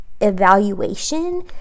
evaluation